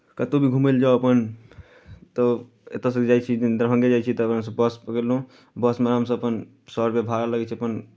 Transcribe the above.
कतहु भी घूमय लेल जाउ अपन तऽ एतयसँ जाइ छी दरभंगे जाइ छी तऽ अपन बस पकड़लहुँ बसमे हमसभ अपन सए रुपैआ भाड़ा लगै छै अपन